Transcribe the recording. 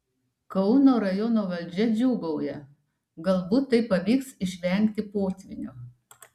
kauno rajono valdžia džiūgauja galbūt taip pavyks išvengti potvynio